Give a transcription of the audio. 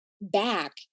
back